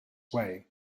way